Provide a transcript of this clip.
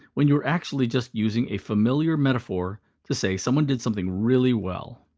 when you were actually just using a familiar metaphor to say someone did something really well.